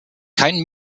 kein